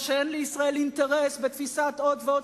ואין לישראל אינטרס בתפיסת עוד ועוד